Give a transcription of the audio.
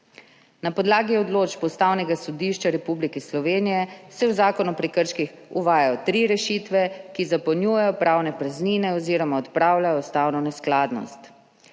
Na podlagi odločb Ustavnega sodišča Republike Slovenije se v Zakonu o prekrških uvajajo tri rešitve, ki zapolnjujejo pravne praznine oziroma odpravljajo ustavno neskladnost.